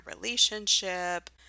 relationship